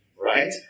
right